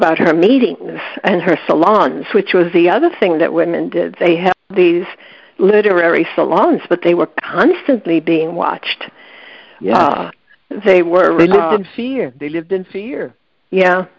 about her meetings and her salons which was the other thing that women did they have these literary salons but they were constantly being watched they were a lot of fear they lived in fear y